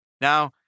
Now